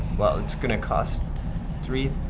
well, it's going to cost three.